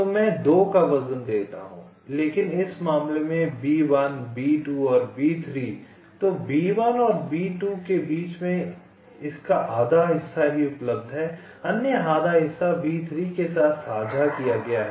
तो मैं दो का वजन देता हूं लेकिन इस मामले में B1 B2 और B3 तो B1 और B2 के बीच आप देखते हैं कि इसका आधा हिस्सा ही उपलब्ध है अन्य आधा हिस्सा B3 के साथ साझा किया गया है